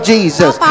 Jesus